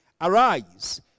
Arise